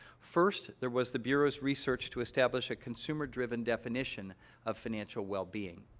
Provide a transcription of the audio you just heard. first, there was the bureau's research to establish a consumer-driven definition of financial wellbeing.